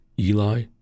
Eli